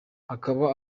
akaba